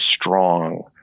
strong